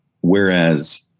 Whereas